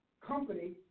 company